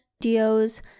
DOs